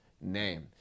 name